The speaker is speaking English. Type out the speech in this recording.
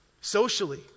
socially